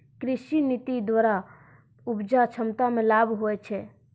कृषि नीति द्वरा उपजा क्षमता मे लाभ हुवै छै